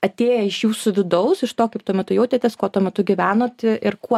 atėję iš jūsų vidaus iš to kaip tuo metu jautėtės kuo tuo metu gyvenot ir kuo